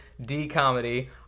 D-Comedy